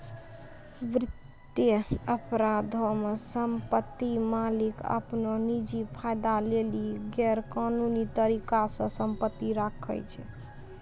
वित्तीय अपराधो मे सम्पति मालिक अपनो निजी फायदा लेली गैरकानूनी तरिका से सम्पति राखै छै